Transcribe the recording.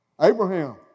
Abraham